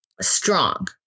strong